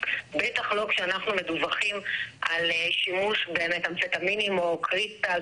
בטח לא כשאנחנו מדווחים על שימוש במתאמפטמינים או קריסטל,